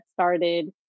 started